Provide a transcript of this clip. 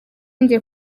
njye